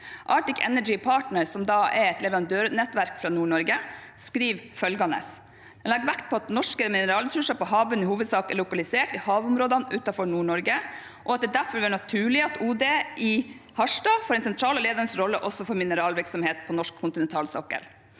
Arctic Energy Partners, som er et leverandørnettverk fra Nord-Norge, legger vekt på at norske mineralressurser på havbunnen i hovedsak er lokalisert i havområdene utenfor Nord-Norge, og at det derfor vil være naturlig at OD i Harstad får en sentral og ledende rolle også for mineralvirksomhet på norsk kontinentalsokkel.